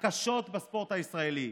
הקשות בספורט הישראלי.